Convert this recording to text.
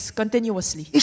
continuously